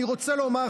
אני רוצה לומר,